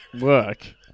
work